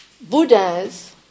Buddhas